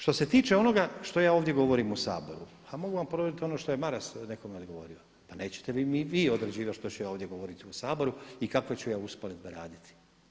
Što se tiče onoga što ja ovdje govorim u Saboru pa mogu vam ponoviti ono što je Maras nekom odgovorio, nećete mi vi određivati što ću ja ovdje govoriti u Saboru i kakve ću ja usporedbe raditi.